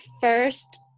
first